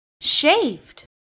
shaved